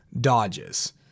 Dodges